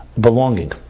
belonging